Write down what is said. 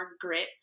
grit